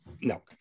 no